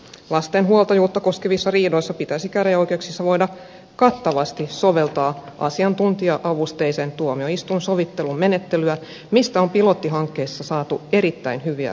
lasten huoltajuutta koskevissa riidoissa pitäisi käräjäoikeuksissa voida kattavasti soveltaa asiantuntija avusteisen tuomioistuinsovittelun menettelyä mistä on pilottihankkeissa saatu erittäin hyviä kokemuksia